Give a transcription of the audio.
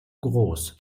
groß